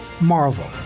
Marvel